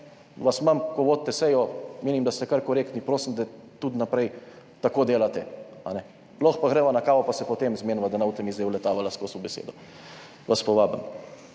vas imam, ko vodite sejo, menim, da ste kar korektni, prosim, da tudi naprej tako delate. Lahko pa greva na kavo, pa se potem zmeniva, da ne boste mi zdaj uletavala skozi v besedo, vas povabim.